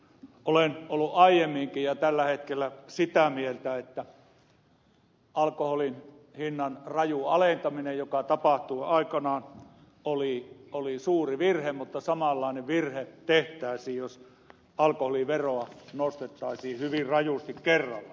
olen ollut aiemminkin ja olen tällä hetkellä sitä mieltä että alkoholin hinnan raju alentaminen joka tapahtui aikoinaan oli suuri virhe mutta samanlainen virhe tehtäisiin jos alkoholiveroa nostettaisiin hyvin rajusti kerralla